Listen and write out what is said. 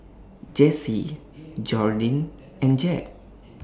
Jessee Jordyn and Jack